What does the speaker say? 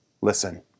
listen